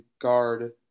guard